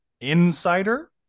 Insider